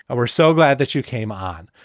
we're so glad that you came on.